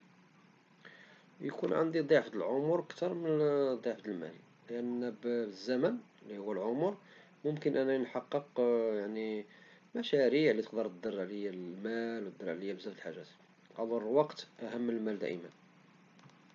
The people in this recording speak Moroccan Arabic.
يكون عندي ضعف ديال العمر أكثر من ضعف ديال المال لأن بالزمن لي هو العمر ممكن أنني نحقق يعني مشاريع لي تقدر تدر علي المال وبزاف ديال الحاجات، ألور الوقت أهم من المال دايما.